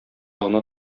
гына